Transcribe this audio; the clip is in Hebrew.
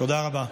תודה רבה.